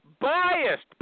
biased